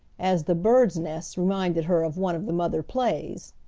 as the birds' nests reminded her of one of the mother plays.